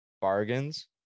bargains